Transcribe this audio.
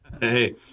Hey